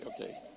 Okay